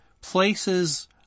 places